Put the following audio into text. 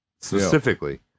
Specifically